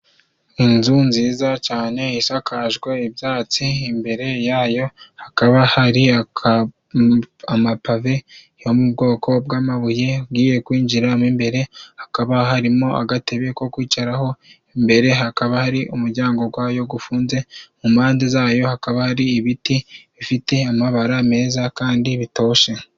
Inzu nziza cane isakajwe ibyatsi. Imbere yayo hakaba hari amapave yo mu bwoko bw'amabuye, agiye kwinjiramo. Imbere hakaba harimo agatebe ko kwicaraho. Imbere hakaba hari umuryango gwayo gufunze. Mu mbande zayo hakaba hari ibiti bifite amabara meza kandi bitoshye.